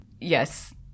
yes